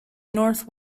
north